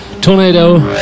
Tornado